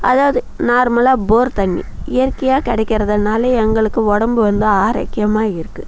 அதாவது நார்மலா போர் தண்ணி இயற்கையாக கிடைக்கிறதுனால எங்களுக்கு உடம்பு வந்து ஆரோக்கியமாக இருக்குது